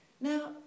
Now